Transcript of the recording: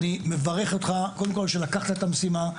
אני מברך אותך קודם כל שלקחת את המשימה,